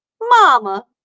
Mama